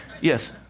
Yes